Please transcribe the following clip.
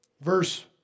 Verse